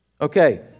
Okay